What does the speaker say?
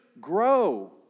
grow